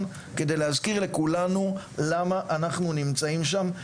כדי להזכיר לכולנו למה אנחנו נמצאים שם.